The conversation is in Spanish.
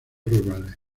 rurales